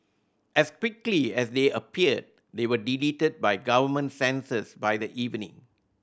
as quickly as they appeared they were deleted by government censors by the evening